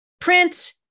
print